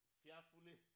fearfully